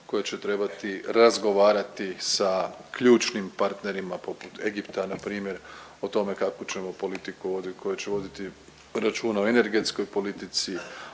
koja će trebati razgovarati sa ključnim partnerima, poput Egipta, npr. o tome kakvu ćemo politiku voditi, koje će voditi računa o energetskoj politici,